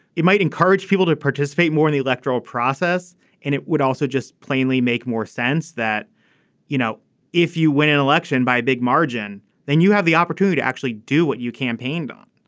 it might encourage people to participate more in the electoral process and it would also just plainly make more sense that you know if you win an election by a big margin then you have the opportunity to actually do what you campaigned on.